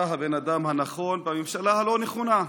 אתה הבן אדם הנכון בממשלה הלא-נכונה.